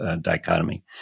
dichotomy